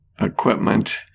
Equipment